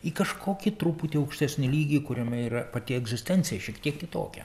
į kažkokį truputį aukštesnį lygį kuriame yra pati egzistencija šiek tiek kitokia